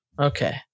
Okay